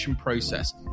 process